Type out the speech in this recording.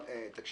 יש